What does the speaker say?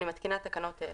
אני מתקינה תקנות אלה: